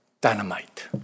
dynamite